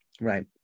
right